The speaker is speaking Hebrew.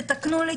תתקנו לי,